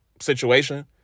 situation